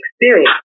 experience